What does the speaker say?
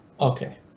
Okay